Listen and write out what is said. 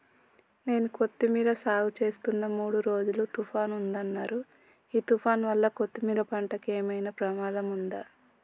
నేను కొత్తిమీర సాగుచేస్తున్న మూడు రోజులు తుఫాన్ ఉందన్నరు ఈ తుఫాన్ వల్ల కొత్తిమీర పంటకు ఏమైనా ప్రమాదం ఉందా?